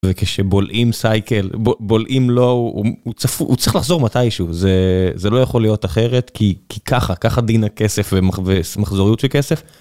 וכשבולעים סייקל בולעים לו הוא צריך לחזור מתישהו זה לא יכול להיות אחרת כי ככה ככה דין הכסף ומחזוריות של כסף.